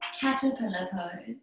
caterpillar